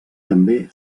també